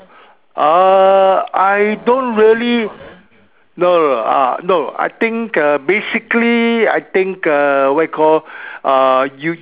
uh I don't really no no ah no I think uh basically I think uh what you call uh you you